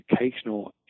educational